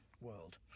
world